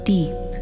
Deep